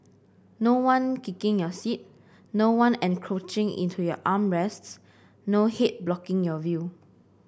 no one kicking your seat no one encroaching into your arm rests no head blocking your view